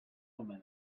home